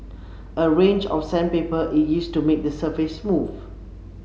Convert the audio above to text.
a range of sandpaper is used to make the surface smooth